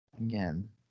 Again